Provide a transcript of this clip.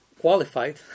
qualified